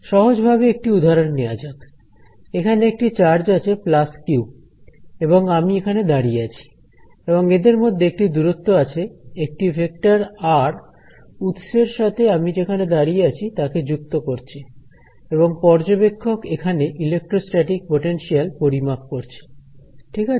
সহজ ভাবে একটি উদাহরণ নেওয়া যাক এখানে একটি চার্জ আছে প্লাস কিউ এবং আমি এখানে দাঁড়িয়ে আছি এবং এদের মধ্যে একটি দূরত্ব আছে একটি ভেক্টর আর উৎসের সাথে আমি যেখানে দাঁড়িয়ে আছি তাকে যুক্ত করছে এবং পর্যবেক্ষক এখানে ইলেকট্রোস্ট্যাটিক পোটেনশিয়াল পরিমাপ করছে ঠিক আছে